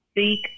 seek